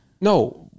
No